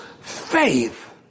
faith